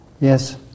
Yes